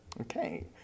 Okay